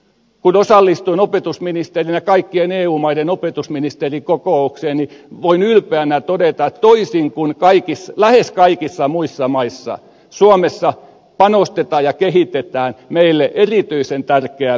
kun osallistuin opetusministerinä kaikkien eu maiden opetusministerikokoukseen voin ylpeänä todeta että toisin kuin lähes kaikissa muissa maissa suomessa panostetaan ja kehitetään meille erityisen tärkeää peruskoulua